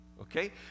Okay